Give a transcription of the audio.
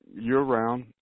year-round